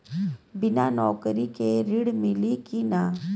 बिना नौकरी के ऋण मिली कि ना?